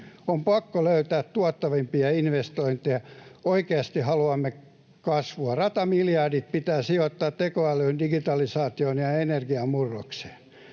On pakko löytää tuottavampia investointeja, jos oikeasti haluamme kasvua. Ratamiljardit pitää sijoittaa tekoälyyn, digitalisaatioon ja energiamurrokseen.